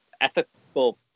ethical